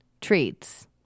treats